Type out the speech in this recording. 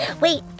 Wait